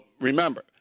remember